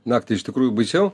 naktį iš tikrųjų baisiau